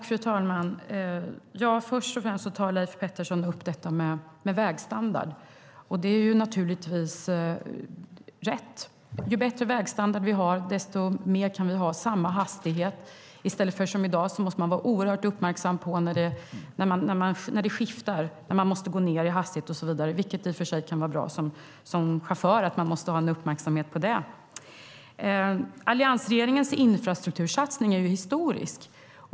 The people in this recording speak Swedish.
Fru talman! Först och främst tar Leif Pettersson upp vägstandarden. Det är rätt. Ju bättre vägstandard vi har, i desto högre grad kan vi ha samma hastighet. I dag måste man vara oerhört uppmärksam på när det skiftar och man måste gå ned i hastighet och så vidare, vilket i och för sig kan vara bra som chaufför att ha en uppmärksamhet på. Alliansregeringens infrastruktursatsning är historisk.